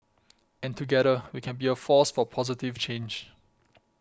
and together we can be a force for positive change